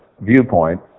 viewpoint